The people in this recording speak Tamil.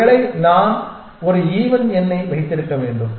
ஒருவேளை நான் ஒரு ஈவன் எண்ணை வைத்திருக்க வேண்டும்